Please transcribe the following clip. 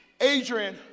Adrian